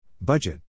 Budget